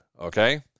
Okay